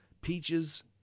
Peaches